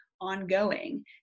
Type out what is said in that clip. ongoing